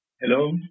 Hello